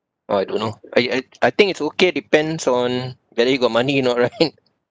or I don't know I I I think it's okay depends on whether you got money or not right